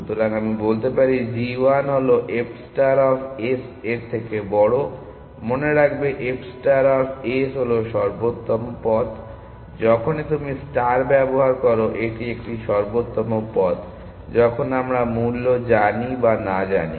সুতরাং আমি বলতে পারি g 1 হলো f ষ্টার অফ s এর থেকে বড়ো মনে রাখবে f ষ্টার অফ s হলো সর্বোত্তম পথ যখনই তুমি ষ্টার ব্যবহার করো এটি একটি সর্বোত্তম পথ যখন আমরা মূল্য জানি বা না জানি